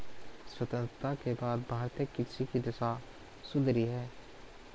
स्वतंत्रता के बाद भारतीय कृषि की दशा सुधरी है